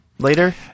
Later